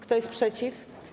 Kto jest przeciw?